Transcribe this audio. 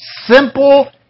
simple